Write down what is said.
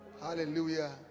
Hallelujah